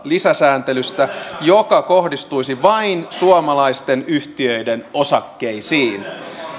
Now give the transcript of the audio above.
lisäsääntelystä joka kohdistuisi vain suomalaisten yhtiöiden osakkeisiin